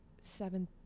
seven